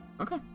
Okay